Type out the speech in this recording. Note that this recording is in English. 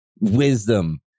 wisdom